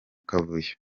kavuyo